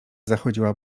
zachodziła